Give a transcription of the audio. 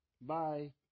Bye